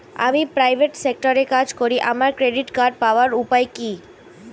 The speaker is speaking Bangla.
আমি প্রাইভেট সেক্টরে কাজ করি আমার ক্রেডিট কার্ড পাওয়ার উপায় কি?